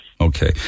Okay